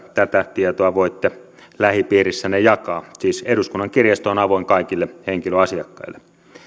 tätä tietoa voitte lähipiirissänne jakaa siis eduskunnan kirjasto on avoin kaikille henkilöasiakkaille